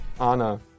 Anna